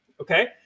okay